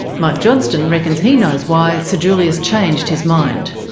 mike johnston reckons he knows why sir julius changed his mind.